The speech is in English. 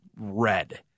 red